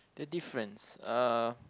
the difference uh